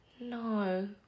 No